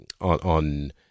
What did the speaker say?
on